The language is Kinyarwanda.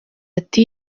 ati